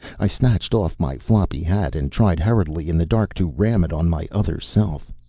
i snatched off my floppy hat and tried hurriedly in the dark to ram it on my other self.